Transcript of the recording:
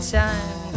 time